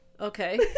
Okay